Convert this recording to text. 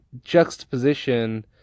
juxtaposition